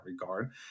regard